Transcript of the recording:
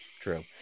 True